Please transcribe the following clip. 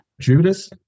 Judas